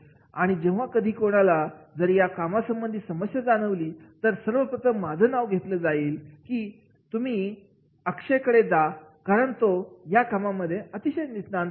आणि जेव्हा कधी कोणाला जर या कामासंबंधी काही समस्या जाणवली तर सर्वप्रथम माझं नाव घेतलं जाईल की ' तुम्ही अक्षय्य तिकडे जा कारण तो या कामांमध्ये अतिशय निष्णात आहे